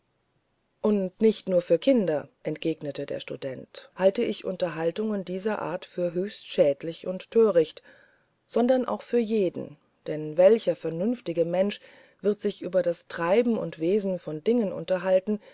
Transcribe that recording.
und nicht nur für kinder entgegnete der student halte ich unterhaltungen dieser art für höchst schädlich und töricht sondern auch für jeden denn welcher vernünftige mensch wird sich über das treiben und wesen von dingen unterhalten